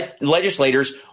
legislators